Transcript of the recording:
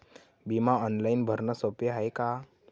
बिमा ऑनलाईन भरनं सोप हाय का?